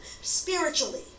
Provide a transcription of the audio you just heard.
spiritually